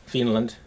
Finland